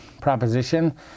proposition